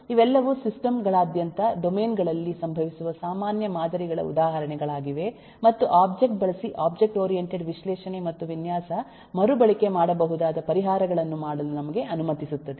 ಇವೆಲ್ಲವೂ ಸಿಸ್ಟಮ್ ಗಳಾದ್ಯಂತ ಡೊಮೇನ್ ಗಳಲ್ಲಿ ಸಂಭವಿಸುವ ಸಾಮಾನ್ಯ ಮಾದರಿಗಳ ಉದಾಹರಣೆಗಳಾಗಿವೆ ಮತ್ತು ಒಬ್ಜೆಕ್ಟ್ ಬಳಸಿ ಒಬ್ಜೆಕ್ಟ್ ಓರಿಯಂಟೆಡ್ ವಿಶ್ಲೇಷಣೆ ಮತ್ತು ವಿನ್ಯಾಸ ಮರುಬಳಕೆ ಮಾಡಬಹುದಾದ ಪರಿಹಾರಗಳನ್ನು ಮಾಡಲು ನಮಗೆ ಅನುಮತಿಸುತ್ತದೆ